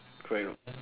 correct not